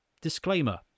disclaimer